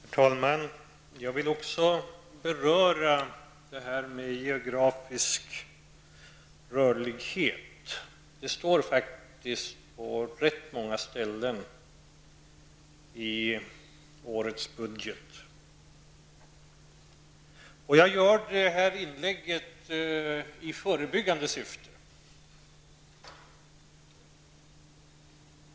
Herr talman! Jag vill också beröra detta med geografisk rörlighet. Det står faktiskt på rätt många ställen i årets budget. Jag gör det här inlägget i förebyggande syfte.